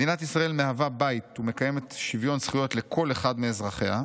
מדינת ישראל מהווה בית ומקיימת שוויון זכויות לכל אחד מאזרחיה.